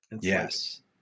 Yes